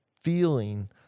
feeling